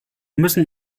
müssen